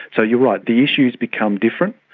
so you're right, the issues become different,